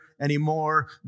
anymore